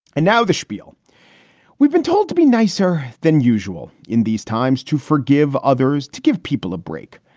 and now the spiel we've been told to be nicer than usual in these times, to forgive others, to give people a break.